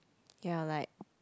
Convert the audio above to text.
ya like